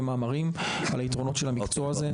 מאמרים על היתרונות של המקצוע הזה,